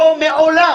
מעולם,